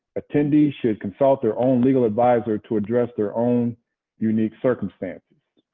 attendees should consult their own legal advisor to address their own unique circumstances.